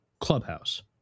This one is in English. clubhouse